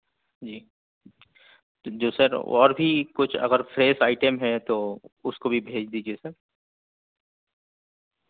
جی تو جو سر اور بھی کچھ اگر فریش آئٹم ہے تو اس کو بھی بھیج دیجیے سر